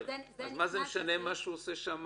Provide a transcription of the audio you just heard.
אז מה זה משנה מה הוא עושה שם